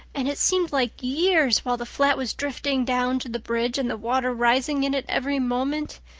and it seemed like years while the flat was drifting down to the bridge and the water rising in it every moment.